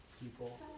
people